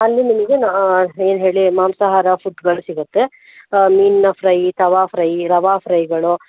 ಅಲ್ಲಿ ನಿಮಗೆ ನಾ ಏನು ಹೇಳಿ ಮಾಂಸಹಾರ ಫುಡ್ಗಳು ಸಿಗುತ್ತೆ ಮೀನ್ನ ಫ್ರೈ ತವಾ ಫ್ರೈ ರವಾ ಫ್ರೈಗಳು